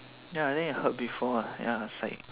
ya I think I heard before ah I was like